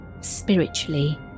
spiritually